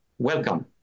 Welcome